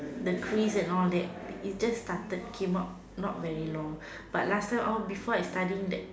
the craze and all that it just started came out not very long but last time all before I studying that